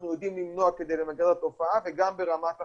אנחנו יודעים למנוע כדי למגר את התופעה וגם ברמת החקירות.